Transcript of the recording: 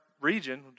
region